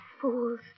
fools